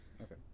okay